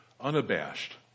unabashed